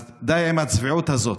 אז די עם הצביעות הזאת.